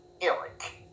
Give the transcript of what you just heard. Eric